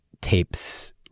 tapes